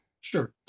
Sure